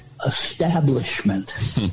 establishment